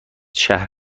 شهر